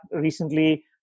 recently